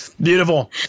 beautiful